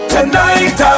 Tonight